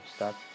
Start